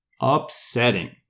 upsetting